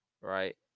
right